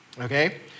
okay